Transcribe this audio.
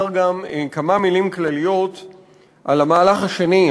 גם כמה מילים כלליות על המהלך השני,